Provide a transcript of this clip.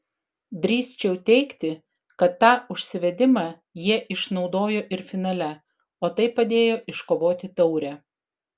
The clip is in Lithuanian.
drįsčiau teigti kad tą užsivedimą jie išnaudojo ir finale o tai padėjo iškovoti taurę